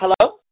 hello